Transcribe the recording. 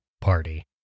party